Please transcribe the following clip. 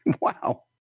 wow